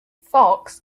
fox